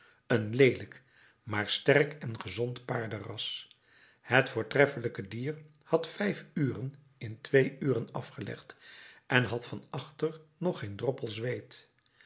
een leelijk maar sterk en gezond paardenras het voortreffelijke dier had vijf uren in twee uren afgelegd en had van achter nog geen droppel zweet